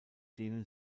denen